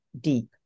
deep